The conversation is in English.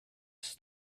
was